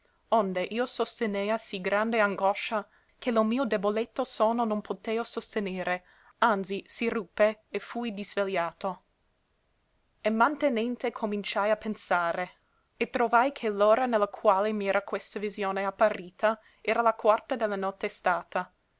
onde io sostenea sì grande angoscia che lo mio deboletto sonno non poteo sostenere anzi si ruppe e fui disvegliato e mantenente cominciai a pensare e trovai che l'ora ne la quale m'era questa visione apparita era la quarta de la notte stata